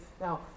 now